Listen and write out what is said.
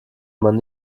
man